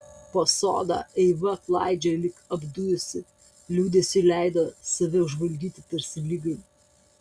po sodą eiva klaidžiojo lyg apdujusi liūdesiui leido save užvaldyti tarsi ligai